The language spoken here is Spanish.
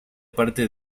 parte